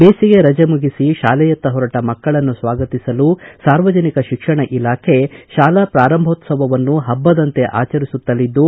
ಬೇಸಿಗೆ ರಜೆ ಮುಗಿಸಿ ಶಾಲೆಯತ್ತ ಹೊರಟ ಮಕ್ಕಳನ್ನು ಸ್ವಾಗತಿಸಲು ಸಾರ್ವಜನಿಕ ಶಿಕ್ಷಣ ಇಲಾಖೆ ಶಾಲಾ ಪೂರಂಭೋತ್ಸವವನ್ನು ಹಬ್ಬದಂತೆ ಆಚರಿಸುತ್ತಲಿದ್ದು